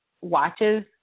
watches